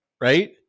Right